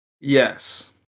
Yes